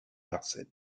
larsen